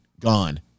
Gone